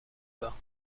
bas